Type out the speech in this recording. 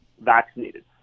vaccinated